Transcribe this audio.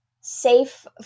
safe